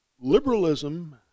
liberalism